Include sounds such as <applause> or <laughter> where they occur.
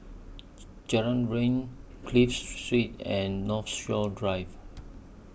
<noise> Jalan Riang Clive Street and Northshore Drive